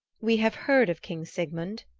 we have heard of king sigmund,